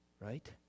right